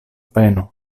peno